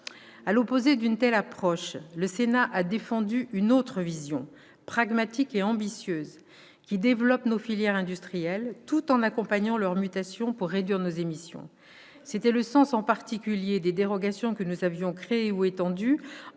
À l'opposé d'une telle approche, le Sénat a défendu une autre vision, pragmatique et ambitieuse, qui développe nos filières industrielles, tout en accompagnant leur mutation pour réduire nos émissions. C'était le sens, en particulier, des dérogations que nous avions créées ou étendues